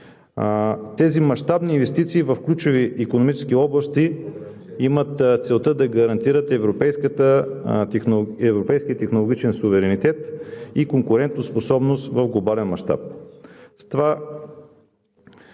Тези мащабни инвестиции в ключови икономически области имат целта да гарантират европейския технологичен суверенитет и конкурентоспособност в глобален мащаб.